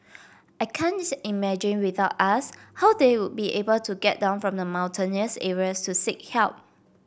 I can't imagine without us how they would be able to get down from the mountainous areas to seek help